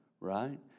right